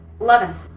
eleven